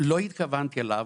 שלא התכוננתי אליו,